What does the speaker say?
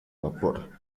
vapor